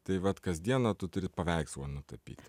tai vat kasdieną tu turi paveikslą nutapyti